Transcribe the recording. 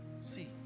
see